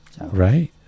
Right